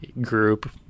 group